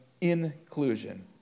inclusion